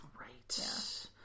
right